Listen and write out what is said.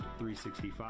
365